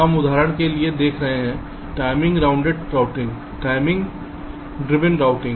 हम उदाहरण के लिए देख रहे हैं timing aware routing timing rounded routing